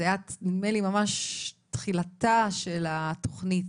זה היה נדמה לי ממש תחילתה של התוכנית,